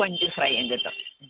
കൊഞ്ച് ഫ്രൈ ഉണ്ട് കേട്ടോ